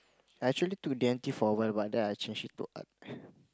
actually took D-and-T for quite a while but then I change it to Art